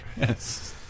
Yes